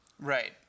Right